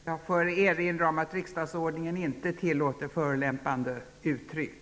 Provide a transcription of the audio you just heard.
Jag får erinra om att riksdagsordningen inte tillåter förolämpande uttryck.